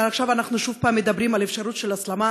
עכשיו אנחנו שוב מדברים על אפשרות של הסלמה,